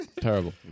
Terrible